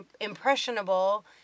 impressionable